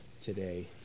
today